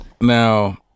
now